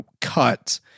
cut